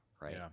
right